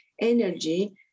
energy